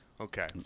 Okay